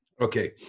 Okay